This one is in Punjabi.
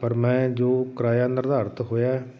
ਪਰ ਮੈਂ ਜੋ ਕਿਰਾਇਆ ਨਿਰਧਾਰਿਤ ਹੋਇਆ